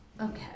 Okay